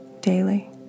daily